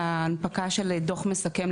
בהנפקה של דוח מסכם,